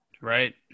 right